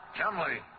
Chumley